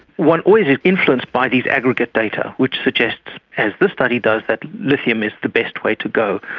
one always is influenced by these aggregate data, which suggests, as this study does, that lithium is the best way to go.